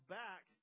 back